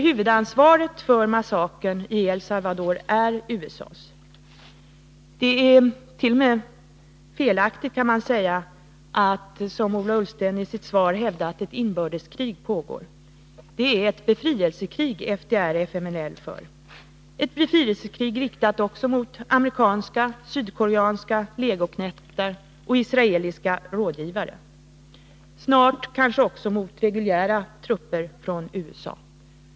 Huvudansvaret för massakern i El Salvador är USA:s. Det ärt.o.m. felaktigt, kan man säga, att som Ola Ullsten gör i sitt svar hävda att ett inbördeskrig pågår. Det är ett befrielsekrig FDR/FMNL för. Ett befrielsekrig riktat också mot amerikanska, sydkoreanska legoknektar och israeliska rådgivare. Snart kanske också mot reguljära trupper från USA.